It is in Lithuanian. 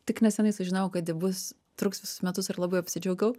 tik neseniai sužinojau kad ji bus truks visus metus ir labai apsidžiaugiau